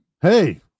Hey